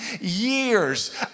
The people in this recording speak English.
years